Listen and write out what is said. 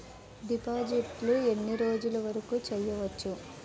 డిపాజిట్లు ఎన్ని రోజులు వరుకు చెయ్యవచ్చు?